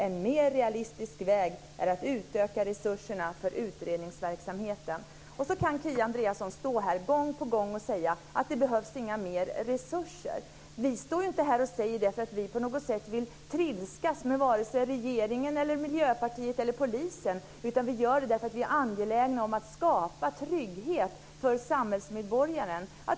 En mer realistisk väg är att utöka resurserna för utredningsverksamheten. Kia Andreasson står här och säger gång på gång att det inte behövs mer resurser. Vi står ju inte här och säger det för att vi på något sätt vill trilskas med regeringen, Miljöpartiet eller polisen, utan vi gör det därför att vi är angelägna om att skapa trygghet för samhällsmedborgarna.